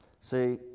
See